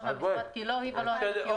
מהמשרד כי לא היא ולא אני בקיאות בזה.